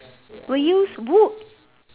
we use wood